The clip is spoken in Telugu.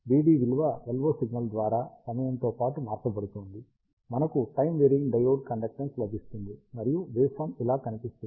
మరియు VD విలువ LO సిగ్నల్ ద్వారా సమయము తో పాటు మార్చబడుతోంది మనకు టైం వేరియింగ్ డయోడ్ కండక్టేన్స్ లభిస్తుంది మరియు వేవ్ ఫాం ఇలా కనిపిస్తుంది